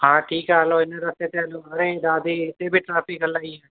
हा ठीकु आहे हलो हिन रस्ते ते हलो हणी ईंदासीं हिते बि ट्राफ़िक इलाही